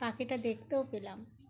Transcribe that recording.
পাখিটা দেখতেও পেলাম